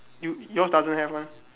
you yours doesn't have mah